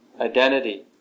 identity